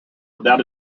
without